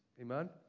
Amen